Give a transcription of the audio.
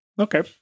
Okay